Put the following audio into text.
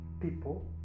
people